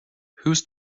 whose